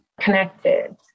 connected